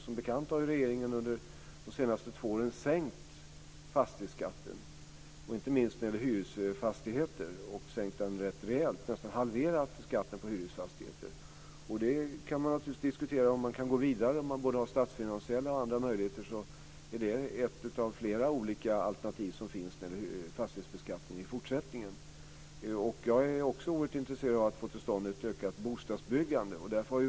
Som bekant har regeringen under de senaste två åren sänkt fastighetsskatten, inte minst när det gäller hyresfastigheter. Skatten på hyresfastigheter har sänkts rejält, nästan halverats. Man kan diskutera om man kan gå vidare. Om det finns statsfinansiella och andra möjligheter är det ett av flera alternativ som finns när det gäller den fortsatta fastighetsbeskattningen. Jag är oerhört intresserad av att få till stånd ett ökat bostadsbyggande.